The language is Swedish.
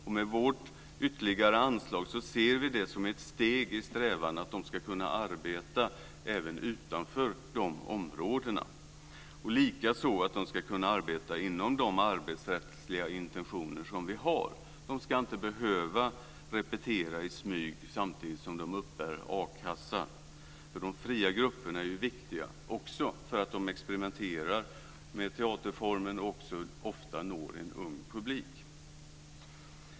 Vi ser det ytterligare anslag vi föreslår som ett steg i strävan att grupper ska kunna arbeta även utanför de områdena. De ska likaså kunna arbeta i enlighet med de arbetsrättsliga intentioner vi har. De ska inte behöva repetera i smyg samtidigt som de uppbär a-kassa. De fria grupperna är viktiga också därför att de experimenterar med teaterformen och ofta når en ung publik.